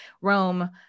Rome